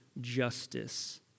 justice